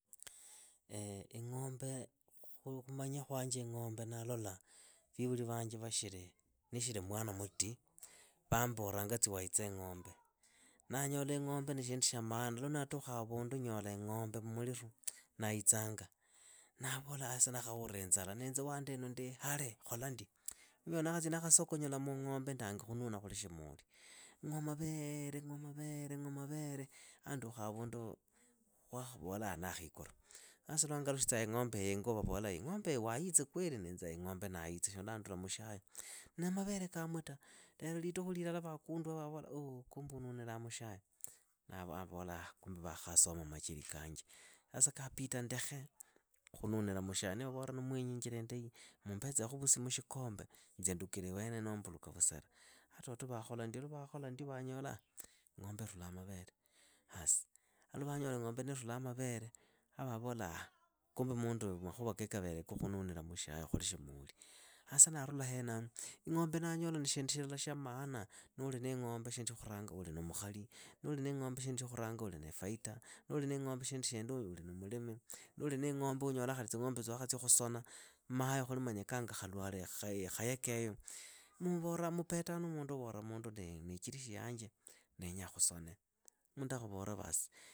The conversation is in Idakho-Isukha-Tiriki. ing'ombe, khumanya khwanje ing'ombe ndalola vivuri vanje vashiri nishiri mwana mutii. vambolanga tsia waitse ing'ombe. Ndanyola ing'ombe ni shindu shya maana. Lwa ndatukhaavundu nyola ing'ombe mmuliru ndaitsanga. ndavola sasa ndaakhahula inzala niinze waandinu ndii ihare. khola ndi. unyola ndakhatsia ndakhasokonyola muung'ombe ndangi khununa khuli shimoli. Ng'wa maveere ng'wa maveere ng'wa maveere haandukha havundu mbola ndaakhiikura. Sasa lwangalukhitsaa ing'ombeeyo ingo vavola ing'ombeeyo waitse kweli niinze ing'ombe ndaitse shulaa ndula mushyayo. Na mavere kaamu ta. Lelo litukhu lilala vaakundua vaavola ooh kumbe ununilaa mudhyai. Ndaavola aah kumbe vakhasoma macheri kanje. Sasa kapita ndekhe khununila mushyiai niivavora ni mwenyi injira indai muumbetseekhu vusi mushikombe nzia ndukila iweneyo nohoo mbunaka vusera. Ha toto vaakhola ndio lwa vakhola ndio vaanyola ing'ombe irulaa mavere. As, ha lwavanyola ing'ombe niirulaa mavere, avaavola aah kumbe munduuyu makhuva ke kavere ka khununila mushyiai khuli shimoli. Sasa ndaarula henaho. Ing'ombe ndaanyola ni shindu shilala shya maana. nuuli niing'ombe shindu shyakhuranga uli na mukhali. nuuli niing'ombe shindu shya khuranga uli niifaita, nuuli niing'ombe shindu shindi uli na mulimi, nuuli niing'ombe unyoolaa khali tsing'ombeetso waakhatsia khusona, mmahe khuli manya kanga khalwale khaekaeyo, muvora mupeta nu mundu uvora mundu ndiniichishirishi yanje ndenyaa khusone. Mundu akhuvora vas.